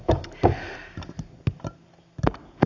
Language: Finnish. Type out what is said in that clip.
r r r r